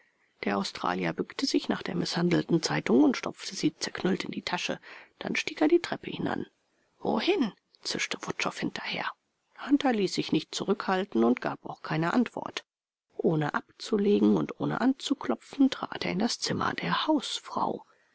der australier bückte sich nach der mißhandelten zeitung und stopfte sie zerknüllt in die tasche dann stieg er die treppe hinan wohin zischte wutschow hinterher hunter ließ sich nicht zurückhalten und gab auch keine antwort ohne abzulegen und ohne anzuklopfen trat er in das zimmer der hausfrau